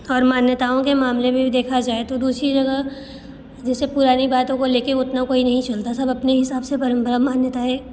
और मान्यताओं के मामले में भी देखा जाए तो दूसरी जगह जैसे पुरानी बातों को ले के उतना कोई नहीं चलता सब अपने हिसाब से परम्परा मान्यताए